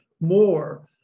more